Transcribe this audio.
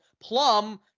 Plum